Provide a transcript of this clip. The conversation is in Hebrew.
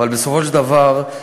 אבל בסופו של דבר,